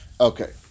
Okay